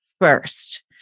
first